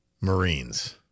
Marines